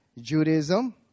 Judaism